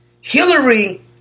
Hillary